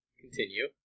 Continue